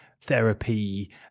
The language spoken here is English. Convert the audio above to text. therapy